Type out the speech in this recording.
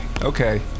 okay